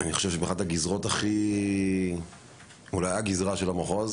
אני חושב שזו אחת הגזרות -- אולי הגזרה של המחוז.